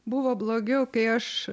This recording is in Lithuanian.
buvo blogiau kai aš